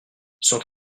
sont